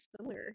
similar